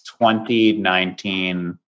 2019